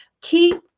keep